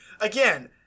Again